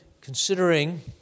considering